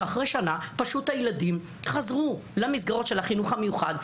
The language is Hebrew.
שאחרי שנה הילדים חזרו למסגרות של החינוך המיוחד.